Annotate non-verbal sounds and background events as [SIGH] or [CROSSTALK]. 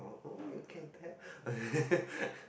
orh oh you can tell [LAUGHS]